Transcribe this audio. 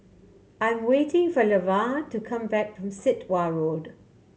I'm waiting for Levar to come back from Sit Wah Road